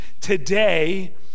today